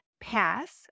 pass